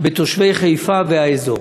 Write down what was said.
בתושבי חיפה והאזור?